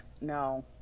No